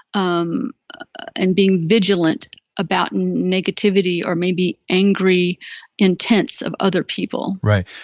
um and being vigilant about and negativity, or maybe angry intents of other people right,